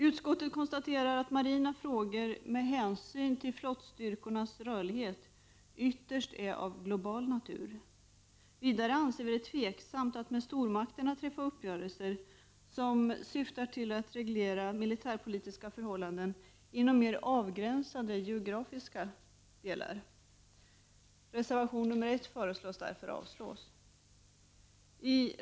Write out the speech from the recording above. Utskottet konstaterar att marina frågor med hänsyn till flottstyrkornas rörlighet ytterst är av global natur. Vidare anser vi det tveksamt att med stormakterna träffa uppgörelser som syftar till att reglera militärpolitiska förhållanden inom mer avgränsade geografiska områden. Vi yrkar därför avslag på reservation 1.